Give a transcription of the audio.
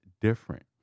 different